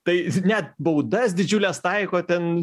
tai net baudas didžiules taiko ten